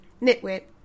Nitwit